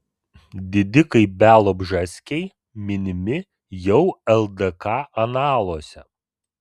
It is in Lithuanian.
didikai bialobžeskiai minimi jau ldk analuose